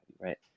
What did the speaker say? right